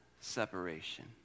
separation